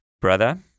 brother